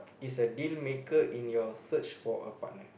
is a dealmaker in your search for a partner